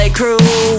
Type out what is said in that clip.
crew